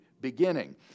beginning